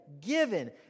given